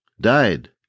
died